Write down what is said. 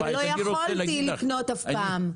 -- ולא יכולתי לקנות אף פעם.